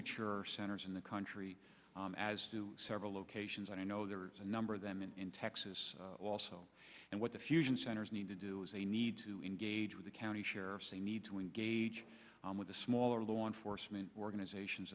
mature centers in the country as do several locations i know there are a number of them in texas also and what the fusion centers need to do is they need to engage with the county sheriffs they need to engage with the smaller law enforcement organizations